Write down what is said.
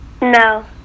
No